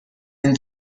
این